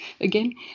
again